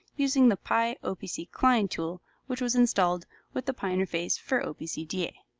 using the pi opc client tool which was installed with the pi interface for opc da.